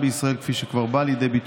תודה רבה לך.